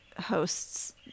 hosts